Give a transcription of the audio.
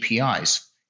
APIs